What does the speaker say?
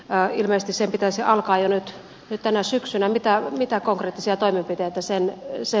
vaalimenestys ei pitäisi alkaa jo nyt jo tänä syksynä mitään mitä konkreettisia toimenpiteitä sen isä